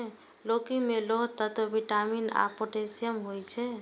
लौकी मे लौह तत्व, विटामिन आ पोटेशियम होइ छै